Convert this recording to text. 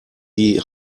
die